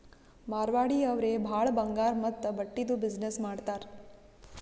ಮಾರ್ವಾಡಿ ಅವ್ರೆ ಭಾಳ ಬಂಗಾರ್ ಮತ್ತ ಬಟ್ಟಿದು ಬಿಸಿನ್ನೆಸ್ ಮಾಡ್ತಾರ್